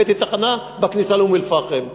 הבאתי תחנה בכניסה לאום-אלפחם.